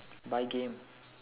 buy game